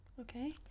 Okay